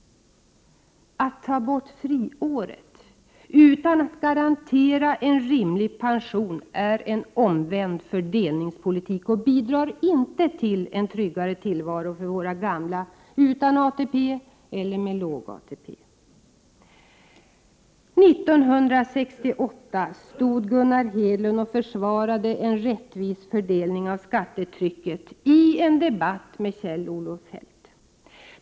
Att ta bort friåret utan att garantera en rimlig pension är en omvänd fördelningspolitik och bidrar inte till en tryggare tillvaro för våra gamla utan ATP eller med låg ATP. 1968 försvarade Gunnar Hedlund en rättvis fördelning av skattetrycket i en debatt med Kjell-Olof Feldt.